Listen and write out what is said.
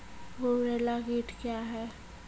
गुबरैला कीट क्या हैं?